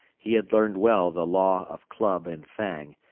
he had learned well the law of club and fang,